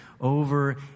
over